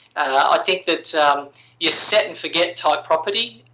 i think that your set-and-forget type property,